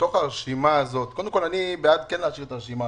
הרשימה השמית.